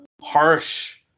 harsh